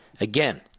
Again